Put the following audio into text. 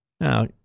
Now